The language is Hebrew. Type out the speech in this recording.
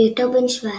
בהיותו בן שבע עשרה.